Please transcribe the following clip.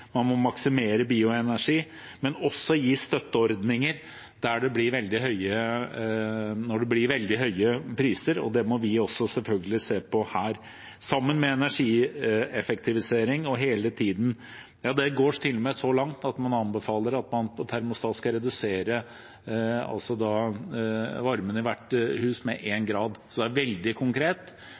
Man må maksimere bioenergi, men også gi støtteordninger når det blir veldig høye priser, og det må vi selvfølgelig også se på her, sammen med energieffektivisering. Ja, de går til og med så langt at de anbefaler at man reduserer termostatvarmen i hvert hus med én grad. Så det er veldig konkret,